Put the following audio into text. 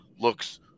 looks